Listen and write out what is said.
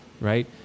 right